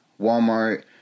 Walmart